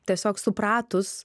tiesiog supratus